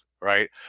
right